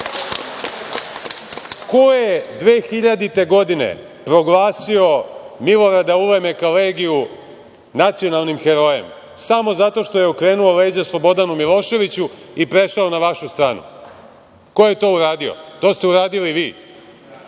je 2000. godine proglasio Milorada Ulemeka Legiju nacionalnim herojem samo zato što je okrenuo leđa Slobodanu Miloševiću i prešao na vašu stranu? Ko je to uradio? To ste uradili